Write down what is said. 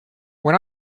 when